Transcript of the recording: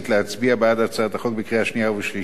בקריאה השנייה ובקריאה השלישית ולאשר אותה.